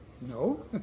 no